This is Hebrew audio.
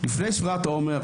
לפני ספירת העומר,